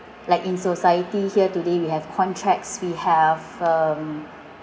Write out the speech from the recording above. like in society here today we have contracts we have um